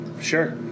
Sure